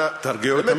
אנא, תרגיעו את המשפחות.